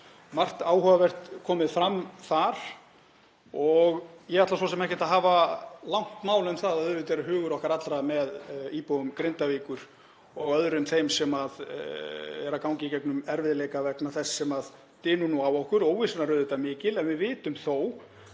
margt áhugavert komið fram þar. Ég ætla svo sem ekki að hafa langt mál um það að auðvitað er hugur okkar allra með íbúum Grindavíkur og öðrum þeim sem eru að ganga í gegnum erfiðleika vegna þess sem dynur nú á okkur. Óvissan er auðvitað mikil en við vitum þó